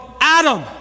Adam